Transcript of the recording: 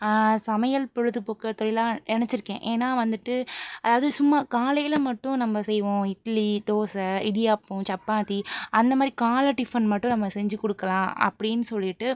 சமையல் பொழுதுபோக்கு தொழிலாக நினச்சிருக்கேன் ஏன்னால் வந்துட்டு அதாவது சும்மா காலையில் மட்டும் நம்ம செய்வோம் இட்லி தோசை இடியாப்பம் சப்பாத்தி அந்த மாதிரி காலை டிஃபன் மட்டும் நம்ம செஞ்சு கொடுக்கலாம் அப்படின்னு சொல்லிகிட்டு